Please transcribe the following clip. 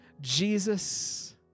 Jesus